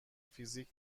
فیزیک